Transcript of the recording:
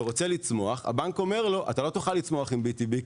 והוא רוצה לצמוח הבנק אומר לו: אתה לא תוכל לצמוח עם BTB,